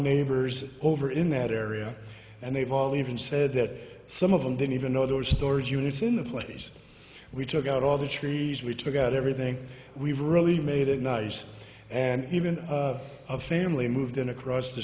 neighbors over in that area and they've all even said that some of them didn't even know they were storage units in the place we took out all the trees we took out everything we really made it nice and even of a family moved in across the